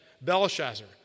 Belshazzar